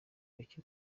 bake